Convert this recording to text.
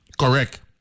Correct